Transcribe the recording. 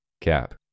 Cap